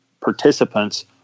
participants